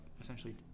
essentially